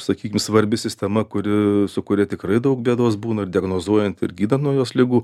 sakykim svarbi sistema kuri sukuria tikrai daug bėdos būna ir diagnozuojant ir gydant nuo jos ligų